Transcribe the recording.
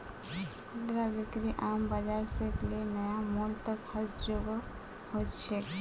खुदरा बिक्री आम बाजार से ले नया मॉल तक हर जोगह हो छेक